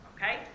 Okay